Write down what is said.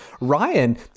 Ryan